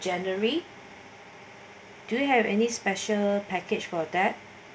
january do you have any special package for that